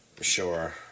Sure